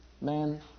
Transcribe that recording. Man